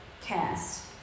Cast